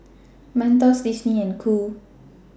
Mentos Disney and Qoo